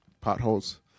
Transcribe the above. potholes